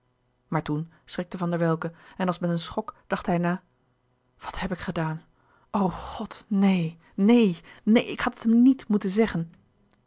maar toen schrikte van der welcke en als met een schok dacht hij na wat heb ik gedaan o god neen neen neen ik had het hem nièt moeten zeggen